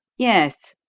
yes,